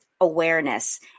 awareness